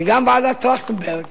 שגם ועדת-טרכטנברג